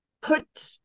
put